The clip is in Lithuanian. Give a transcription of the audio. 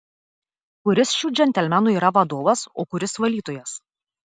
kuris šių džentelmenų yra vadovas o kuris valytojas